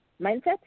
mindset